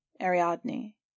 Ariadne